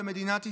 במדינת ישראל,